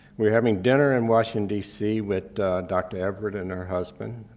were having dinner in washington d c. with dr. everett and her husband,